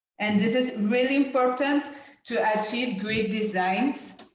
and this is really important to achieve great designs.